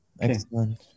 Excellent